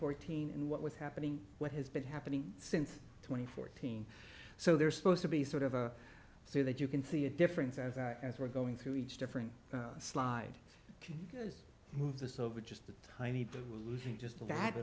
fourteen and what was happening what has been happening since twenty fourteen so there's supposed to be sort of a so that you can see a difference as as we're going through each different slide can move this over just a tiny bit we're losing just